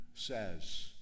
Says